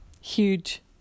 huge